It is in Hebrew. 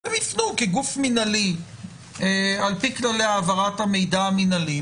היא יכולה לפנות לגוף הזה על פי כללי העברת המידע המינהלי.